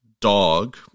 dog